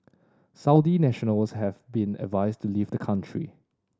Saudi nationals have been advised to leave the country